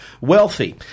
wealthy